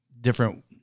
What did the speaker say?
different